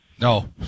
No